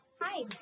hi